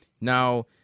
Now